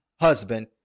husband